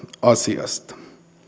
asiasta